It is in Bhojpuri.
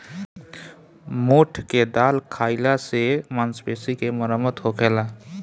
मोठ के दाल खाईला से मांसपेशी के मरम्मत होखेला